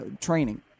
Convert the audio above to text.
training